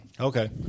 Okay